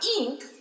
ink